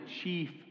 chief